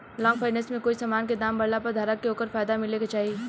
long finance में कोई समान के दाम बढ़ला पर धारक के ओकर फायदा मिले के चाही